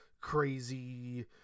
crazy